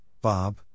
Bob